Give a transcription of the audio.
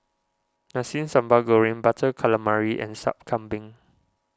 Nasi Sambal Goreng Butter Calamari and Sup Kambing